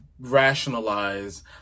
rationalize